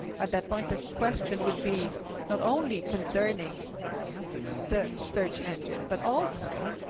at that point the question would be not only concerning the search engine, but also